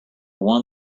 one